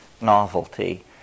novelty